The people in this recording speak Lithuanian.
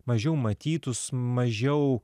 mažiau matytus mažiau